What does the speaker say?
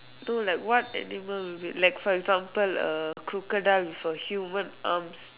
no like what animal would be like for example a crocodile with a human arms